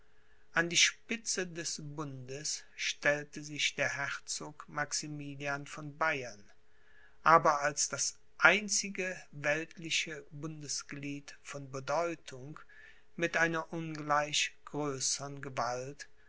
an die spitze des bundes stellte sich der herzog maximilian von bayern aber als das einzige weltliche bundesglied von bedeutung mit einer ungleich größern gewalt